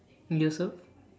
you also